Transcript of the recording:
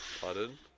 Pardon